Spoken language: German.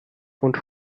und